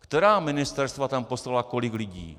Která ministerstva tam poslala kolik lidí?